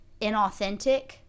inauthentic